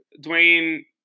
Dwayne